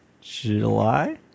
July